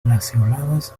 lanceoladas